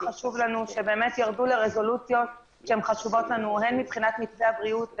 לנו שבאמת ירדו לרזולוציות שהן חשובות לנו הן מבחינת מתווה הבריאות,